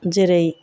जेरै